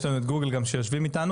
יש לנו את גוגל גם שיושבים איתנו,